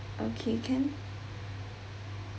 okay can